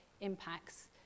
impacts